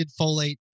folate